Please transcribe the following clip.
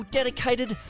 dedicated